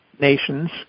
nations